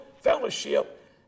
fellowship